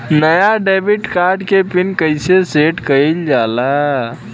नया debit card क PIN कईसे सेट कईल जाला?